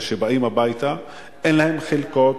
וכשהם באים הביתה אין להם חלקות.